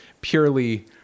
purely